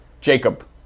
Jacob